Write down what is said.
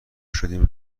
شدیم